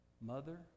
mother